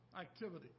activity